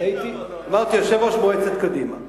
יושב-ראש מועצת קדימה.